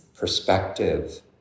perspective